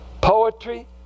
Poetry